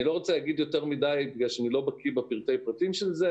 אני לא רוצה לומר יותר מדי מאחר ואני לא בקי בפרטי הפרטים שלזה.